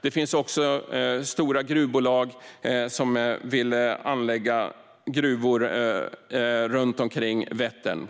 Det finns också stora gruvbolag som vill anlägga gruvor runt Vättern.